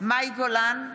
מאי גולן,